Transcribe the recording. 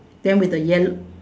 then with the yellow